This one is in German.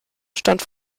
stand